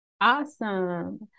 awesome